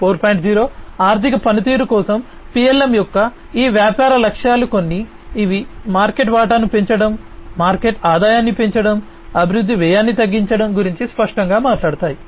0 ఆర్థిక పనితీరు కోసం పిఎల్ఎమ్ యొక్క ఈ వ్యాపార లక్ష్యాలు కొన్ని ఇవి మార్కెట్ వాటాను పెంచడం మార్కెట్ ఆదాయాన్ని పెంచడం అభివృద్ధి వ్యయాన్ని తగ్గించడం గురించి స్పష్టంగా మాట్లాడుతాయి